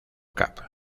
cup